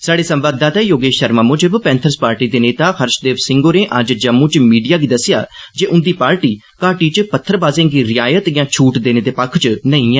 साढ़े संवाददाता योगेश शर्मा मुजब पैन्थर्स पार्टी दे नेता हर्षदेव सिंह होरें अज्ज जम्मू च मीडिया गी दस्सेआ जे उन्दी पार्टी घाटी च पत्थरबाजें गी रिआसत चां छूट देने दे पक्ख च नेई ऐ